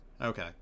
Okay